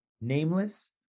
Nameless